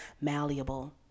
malleable